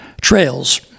trails